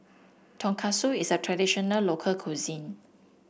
tonkatsu is a traditional local cuisine